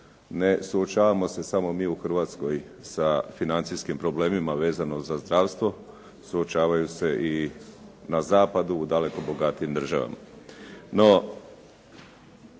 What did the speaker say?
Ne suočavamo se samo mi u Hrvatskoj sa financijskim problemima vezano za zdravstvo, suočavaju se i na zapadu u daleko bogatijim državama.